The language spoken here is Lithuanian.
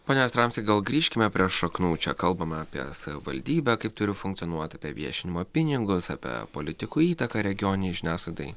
pone jastramski gal grįžkime prie šaknų čia kalbame apie savivaldybę kaip turi funkcionuoti apie viešinimo pinigus apie politikų įtaką regioninei žiniasklaidai